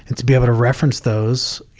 and to be able to reference those you